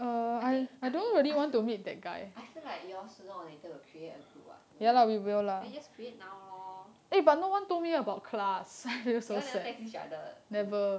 I think I mean I feel I feel like you all sooner or later will create a group [what] no meh then just create now lor you all never text each other